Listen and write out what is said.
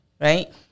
right